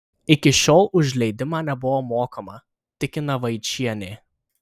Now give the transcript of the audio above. iki šiol už leidimą nebuvo mokama tikina vaičienė